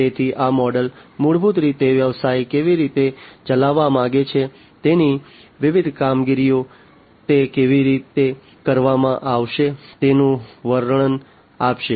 તેથી આ મોડેલો મૂળભૂત રીતે વ્યવસાય કેવી રીતે ચલાવવા માંગે છે તેની વિવિધ કામગીરીઓ તે કેવી રીતે કરવામાં આવશે તેનું વર્ણન આપશે